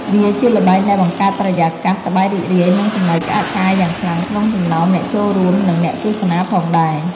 វាជាល្បែងដែលបង្កើតបរិយាកាស សប្បាយរីករាយ និងសំណើចក្អាកក្អាយយ៉ាងខ្លាំងក្នុងចំណោមអ្នកចូលរួម និងអ្នកទស្សនាផងដែរ។